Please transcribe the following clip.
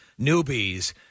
newbies